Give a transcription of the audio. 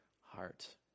heart